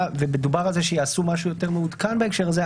ודובר על זה שיעשו משהו יותר מעודכן בהקשר הזה.